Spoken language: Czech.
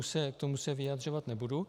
K tomu se vyjadřovat nebudu.